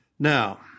Now